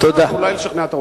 ואולי לשכנע את האוצר.